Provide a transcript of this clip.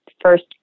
first